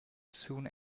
soon